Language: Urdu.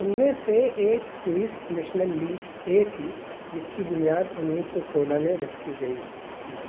ان میں سے ایک سوئس نیشنل لیگ اے تھی جس کی بنیاد انیس سو سولہ میں رکھی گئی تھی